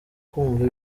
kumva